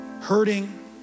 hurting